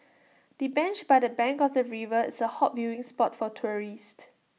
the bench by the bank of the river is A hot viewing spot for tourists